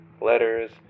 letters